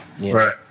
Right